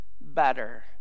better